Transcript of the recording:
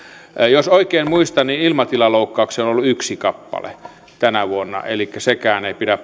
jos oikein muistan niin ilmatilaloukkauksia on on ollut yksi kappale tänä vuonna elikkä sekään ei pidä